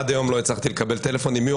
עד היום לא הצלחתי לקבל טלפון עם מי הוא